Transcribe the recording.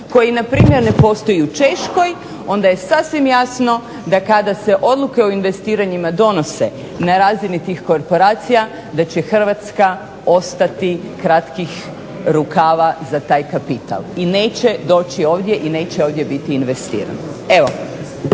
koji npr. ne postoji u Češkoj onda je sasvim jasno da kada se odluke o investiranjima donose na razini tih korporacija da će Hrvatska ostati kratkih rukava za taj kapital i neće doći ovdje i neće ovdje biti investiran.